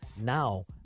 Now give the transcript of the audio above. Now